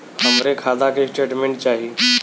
हमरे खाता के स्टेटमेंट चाही?